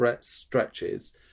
stretches